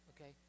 okay